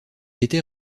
était